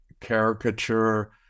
caricature